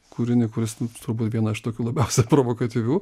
kūrinį kuris turbūt viena aš tokių labiausiai provokatyvių